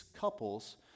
couples